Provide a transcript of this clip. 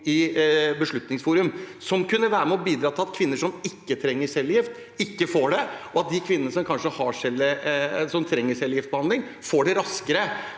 i Beslutningsforum – som kunne være med og bidra til at kvinner som ikke trenger cellegift, ikke får det, og at de kvinnene som kanskje trenger cellegiftbehandling, får det raskere.